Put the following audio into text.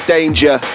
Danger